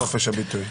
אין פה חופש הביטוי.